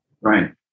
Right